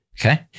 Okay